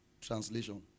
translation